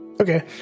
Okay